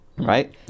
Right